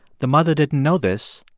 the mother didn't know this,